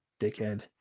dickhead